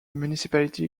municipality